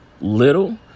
little